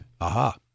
Aha